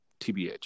TBH